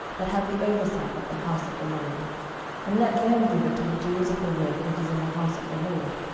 that have the oversight of the house of the lord and let them give it to the doers of the work which is in the house of the lord,